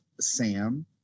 Sam